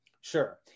Sure